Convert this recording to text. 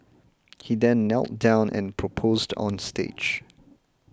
he then knelt down and proposed on stage